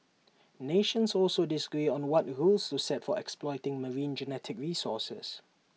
nations also disagree on what rules to set for exploiting marine genetic resources